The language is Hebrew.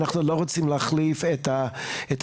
אנחנו לא רוצים להחליף את השיח.